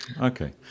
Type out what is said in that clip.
Okay